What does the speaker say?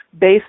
based